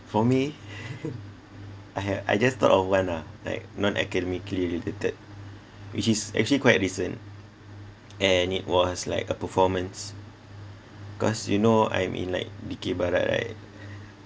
for me I have I just thought of one ah like non academically related which is actually quite recent and it was like a performance because you know I'm in like dikir barat right